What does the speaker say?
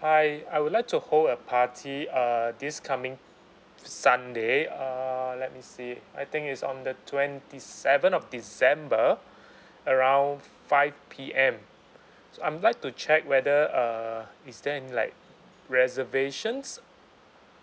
hi I would like to hold a party uh this coming sunday uh let me see I think is on the twenty seventh of december around five P_M so I would like to check whether uh is there any like reservations